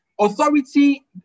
authority